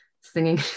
singing